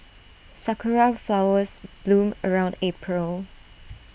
Sakura Flowers bloom around April